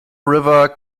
river